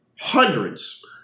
Hundreds